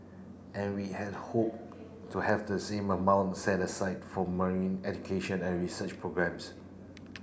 and we had hope to have the same amount set aside for marine education and research programmes